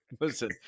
listen